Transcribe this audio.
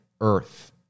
Earth